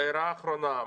הערה האחרונה.